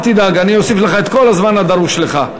אל תדאג, אני אוסיף לך את כל הזמן הדרוש לך.